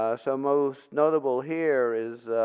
so most notable here is